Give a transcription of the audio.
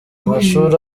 amashuri